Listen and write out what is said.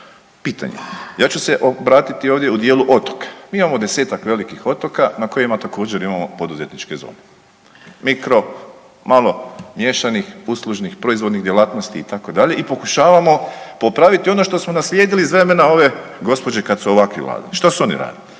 pitanje je. Ja ću se obratiti ovdje u dijelu otoka. Mi imamo desetak velikih otoka na kojima također, imamo poduzetničke zone. Mikro, malo, miješanih, uslužnih, proizvodnih djelatnosti, itd., i pokušavamo popraviti ono što smo naslijedili iz vremena ove gospođe kad su ovakvi vladali. Što su oni